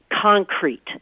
concrete